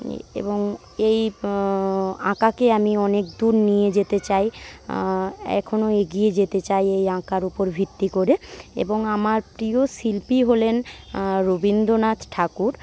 এবং এই আঁকাকে আমি অনেক দূর নিয়ে যেতে চাই এখনো এগিয়ে যেতে চাই এই আঁকার উপর ভিত্তি করে এবং আমার প্রিয় শিল্পী হলেন রবীন্দ্রনাথ ঠাকুর